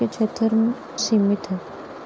के क्षेत्र में सीमित है